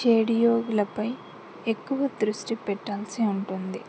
షడియోగులపై ఎక్కువ దృష్టి పెట్టాల్సి ఉంటుంది